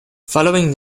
following